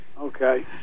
Okay